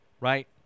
Right